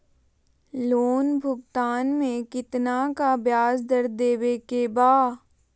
Loan भुगतान में कितना का ब्याज दर देवें के बा?